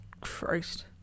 Christ